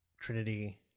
Trinity